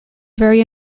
very